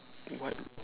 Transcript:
what